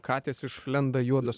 katės išlenda juodos